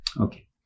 Okay